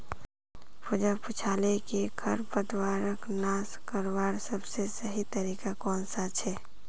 पूजा पूछाले कि खरपतवारक नाश करवार सबसे सही तरीका कौन सा छे